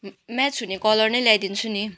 match हुने colour नै ल्याइदिन्छु नि